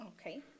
Okay